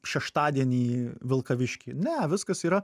šeštadienį vilkavišky ne viskas yra